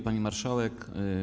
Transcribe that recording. Pani Marszałek!